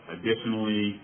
Additionally